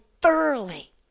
thoroughly